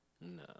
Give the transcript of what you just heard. No